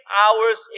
hours